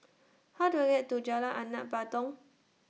How Do I get to Jalan Anak Patong